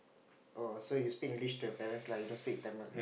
oh so you speak English to your parents lah you don't speak in Tamil